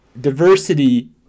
diversity